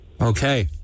Okay